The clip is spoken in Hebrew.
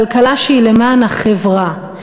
כלכלה שהיא למען החברה,